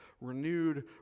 renewed